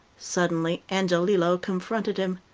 suddenly angiolillo confronted him.